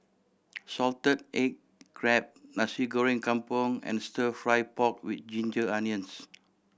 salted egg crab Nasi Goreng Kampung and Stir Fry pork with ginger onions